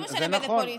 לא משנה באיזו קואליציה.